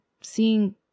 seeing